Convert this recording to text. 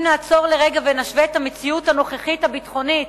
אם נעצור לרגע ונשווה את המציאות הנוכחית הביטחונית